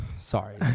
sorry